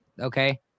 Okay